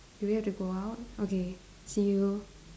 do we have to go out okay see you